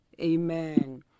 Amen